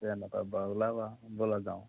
বেয়া নাপাবা ওলাবা ব'লা যাওঁ